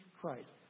Christ